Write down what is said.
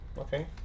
Okay